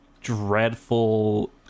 dreadful